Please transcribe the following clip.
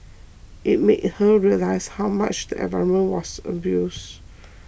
it made her realise how much the environment was abused